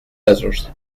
letters